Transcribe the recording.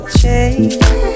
change